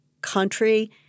country